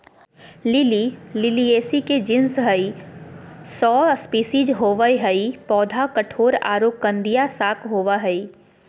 lily Liliaceae के genus हई, सौ स्पिशीज होवअ हई, पौधा कठोर आरो कंदिया शाक होवअ हई